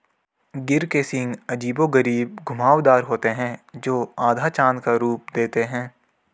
गिर के सींग अजीबोगरीब घुमावदार होते हैं, जो आधा चाँद का रूप देते हैं